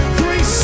three